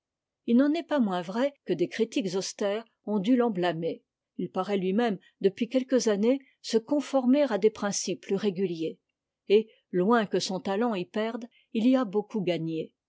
il n'en est pas moins vrai que des critiques austères ont dû t'en blâmer il paraît lui-même depuis quelques années se conformer à des principes plus réguliers et loin que son talent y perde il y a beaucoup gagné